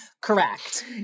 Correct